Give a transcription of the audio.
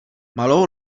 malou